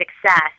success